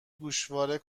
گوشواره